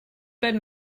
been